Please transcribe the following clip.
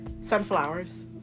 sunflowers